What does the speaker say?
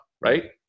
right